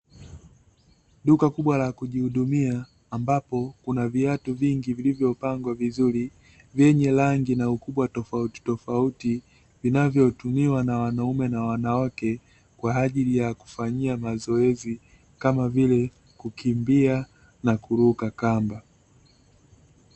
Duka kubwa la kujihudumia ambapo kuna viatu vingi vilivyopangwa vizuri, vyenye rangi na ukubwa tofautitofauti vinavyotumiwa na wanaume na wanawake, kwa ajili ya kufanyia mazoezi kama vile kukimbia na kuruka kamba.